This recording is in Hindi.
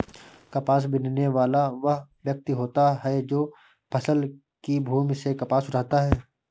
कपास बीनने वाला वह व्यक्ति होता है जो फसल की भूमि से कपास उठाता है